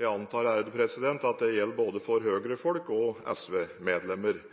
Jeg antar at dette gjelder både for Høyre-folk og